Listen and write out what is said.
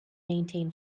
maintain